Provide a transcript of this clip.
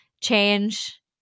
change